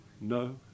no